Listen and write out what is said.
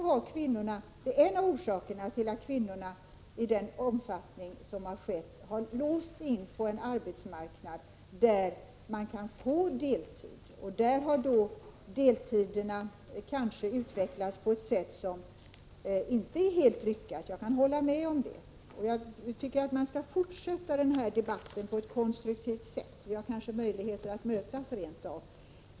Det är en av orsakerna till att kvinnorna i den omfattning som har skett har låsts in på en arbetsmarknad där de kan få arbeta deltid. Dessa deltidsarbeten har utvecklats på ett kanske inte helt lyckat sätt — det kan jag hålla med om. Jag tycker att vi skall fortsätta den här debatten på ett konstruktivt sätt. Vi kanske rent av får möjligheter att mötas.